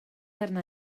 arna